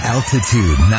Altitude